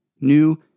new